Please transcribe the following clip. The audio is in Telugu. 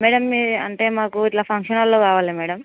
మేడమ్ మీ అంటే మాకు ఇట్లా ఫంక్షన్ హాల్లో కావాలి మ్యాడమ్